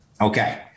Okay